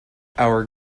our